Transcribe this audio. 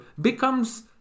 becomes